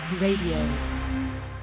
radio